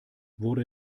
wurde